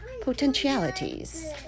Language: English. potentialities